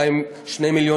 2.2 מיליון